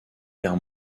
guerre